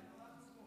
עייפה.